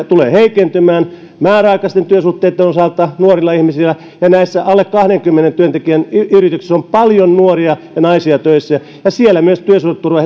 tulee heikentymään määräaikaisten työsuhteitten osalta nuorilla ihmisillä näissä alle kahdenkymmenen työntekijän yrityksissä on paljon nuoria ja naisia töissä ja ja siellä myös työsuhdeturva